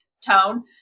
tone